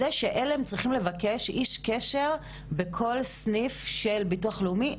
זה שעל"ם צריכים לבקש איש קשר בכל סניף של ביטוח לאומי,